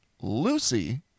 lucy